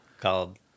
called